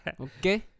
Okay